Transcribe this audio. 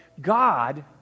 God